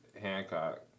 Hancock